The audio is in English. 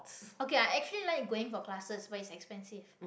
okay I actually like going for classes but it's expensive